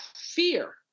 fear